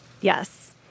Yes